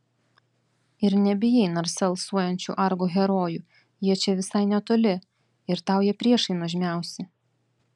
ir nebijai narsa alsuojančių argo herojų jie čia visai netoli ir tau jie priešai nuožmiausi